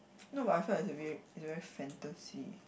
no but I feel like it's a very it's very fantasy